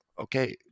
okay